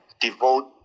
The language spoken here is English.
devote